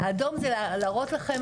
האדום זה להראות לכם,